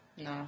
No